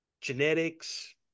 genetics